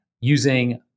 using